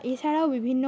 এছাড়াও বিভিন্ন